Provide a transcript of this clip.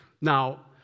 Now